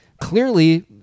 clearly